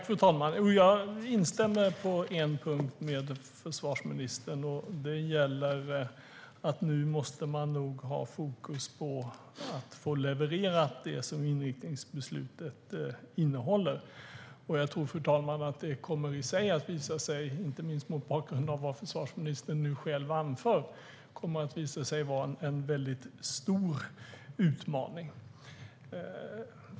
Fru talman! Jag instämmer med försvarsministern på en punkt, och det gäller att man nu måste ha fokus på att få levererat det som inriktningsbeslutet innehåller. Jag tror att det kommer att visa sig - inte minst mot bakgrund av det som försvarsministern själv anför - vara en väldigt stor utmaning.